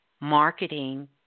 marketing